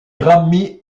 grammy